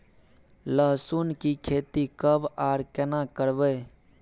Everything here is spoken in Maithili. लहसुन की खेती कब आर केना करबै?